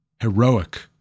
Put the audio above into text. heroic